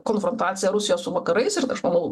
konfrontaciją rusijos su vakarais ir aš manau